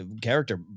character